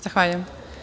Zahvaljujem.